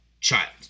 child